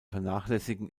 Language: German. vernachlässigen